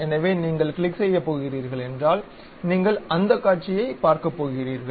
எனவே நீங்கள் கிளிக் செய்யப் போகிறீர்கள் என்றால் நீங்கள் அந்தக் காட்சியைப் பார்க்கப் போகிறீர்கள்